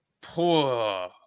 poor